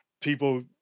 people